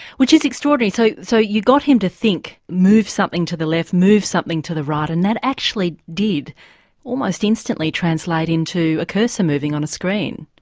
which is extraordinary because so so you got him to think move something to the left, move something to the right and that actually did almost instantly translate into a cursor moving on a screen.